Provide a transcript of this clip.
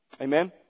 Amen